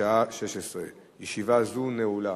בשעה 16:00. ישיבה זו נעולה.